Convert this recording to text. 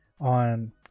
on